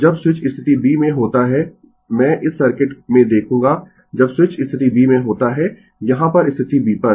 तो जब स्विच स्थिति b में होता है मैं इस सर्किट में देखूंगा जब स्विच स्थिति b में होता है यहां पर स्थिति b पर